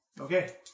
Okay